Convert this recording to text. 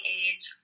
age